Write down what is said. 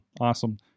Awesome